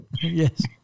Yes